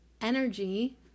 energy